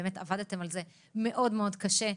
באמת עבדתם על זה מאוד מאוד קשה,